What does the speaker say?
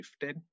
2015